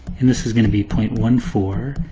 and this is going to be point one four.